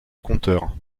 compteur